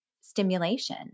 stimulation